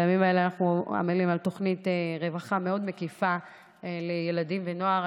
בימים האלה אנחנו עמלים על תוכנית רווחה מקיפה מאוד לילדים ונוער.